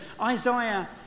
Isaiah